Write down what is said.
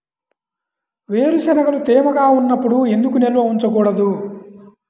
వేరుశనగలు తేమగా ఉన్నప్పుడు ఎందుకు నిల్వ ఉంచకూడదు?